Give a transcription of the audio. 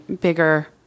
bigger